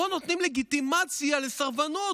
פה נותנים לגיטימציה לסרבנות,